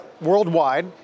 worldwide